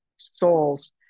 souls